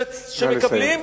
נא לסיים.